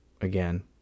again